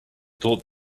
thought